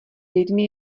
lidmi